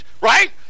right